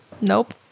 Nope